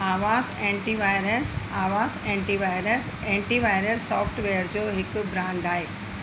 अवास antivirus Avast antivirus antivirus software जो हिकु ब्रांड आहे